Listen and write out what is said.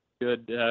good